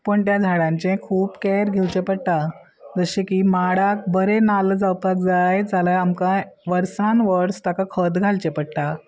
पण त्या झाडांचे खूब कॅर घेवचें पडटा जशें की माडाक बरें नाल्ल जावपाक जाय जाल्या आमकां वर्सान वर्स ताका खत घालचें पडटा